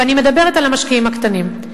ואני מדברת על המשקיעים הקטנים.